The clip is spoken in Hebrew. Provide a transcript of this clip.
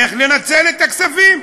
איך לנצל את הכספים.